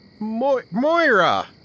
Moira